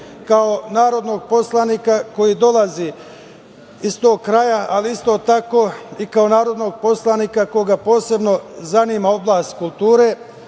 narodnog poslanika koji dolazi iz tog kraja, ali isto tako i kao narodnog poslanika koga posebno zanima oblast kulture,